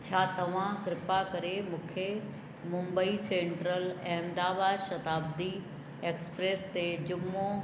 छा तव्हां कृपा करे मूंखे मुंबई सैंट्रल अहमदाबाद शताब्दी एक्सप्रेस ते जुमो